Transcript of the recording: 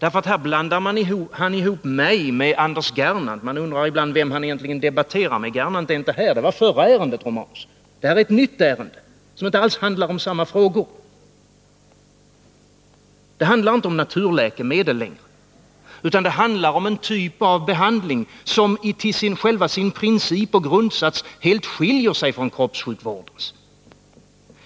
Han blandar nämligen ihop mig med Anders Gernandt — man undrar ibland vem han egentligen debatterar med. Men Anders Gernandt är inte här, Gabriel Romanus. Han talade i det förra ärendet, och det här är ett nytt ärende som inte alls handlar om samma frågor. Det handlar inte om naturläkemedel, utan det handlar om en typ av behandling som till själva sin princip och grundsats helt skiljer sig från kroppssjukvårdens.